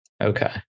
Okay